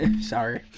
Sorry